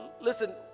listen